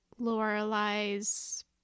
Lorelai's